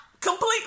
completely